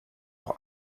auch